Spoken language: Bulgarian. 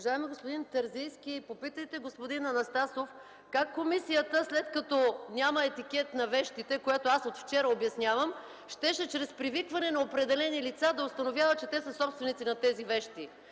Уважаеми господин Терзийски, попитайте господин Анастасов как комисията, след като няма етикет на вещите, което аз от вчера обяснявам, щеше чрез привикване на определени лица да установява, че те са собственици на тези вещи.